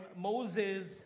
Moses